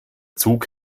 zug